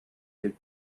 get